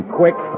quick